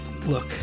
look